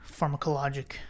pharmacologic